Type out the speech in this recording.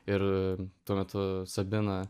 ir tuo metu sabina